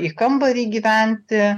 į kambarį gyventi